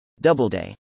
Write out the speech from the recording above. Doubleday